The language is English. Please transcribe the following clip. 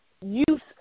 use